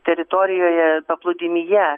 teritorijoje paplūdimyje